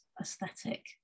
aesthetic